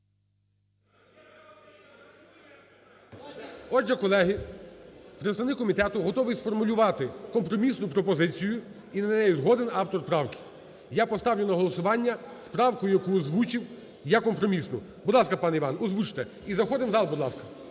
Отже, колеги, представник комітету готовий сформулювати компромісну пропозицію і на неї згоден автор правки. Я поставлю на голосування з правкою, яку озвучив як компромісну. Будь ласка, пане Іван, озвучте. І заходим в зал, будь ласка.